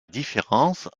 différence